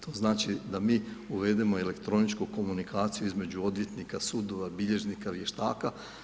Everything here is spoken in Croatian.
To znači da mi uvedemo elektroničku komunikaciju između odvjetnika, sudova, bilježnika, vještaka.